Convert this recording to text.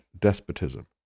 despotism